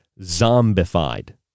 zombified